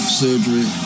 surgery